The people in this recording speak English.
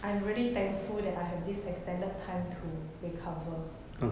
I am really thankful that I have this extended time to recover